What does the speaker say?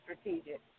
strategic